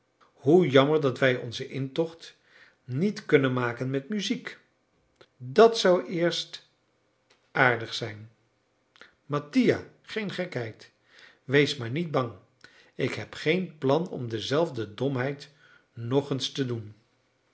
hoe jammer dat wij onzen intocht niet kunnen maken met muziek dat zou eerst aardig zijn mattia geen gekheid wees maar niet bang ik heb geen plan om dezelfde domheid nog eens te doen